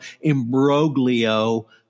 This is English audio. imbroglio